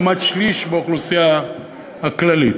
לעומת שליש באוכלוסייה הכללית.